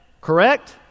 correct